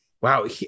Wow